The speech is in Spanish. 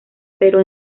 pero